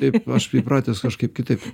taip aš pripratęs kažkaip kitaip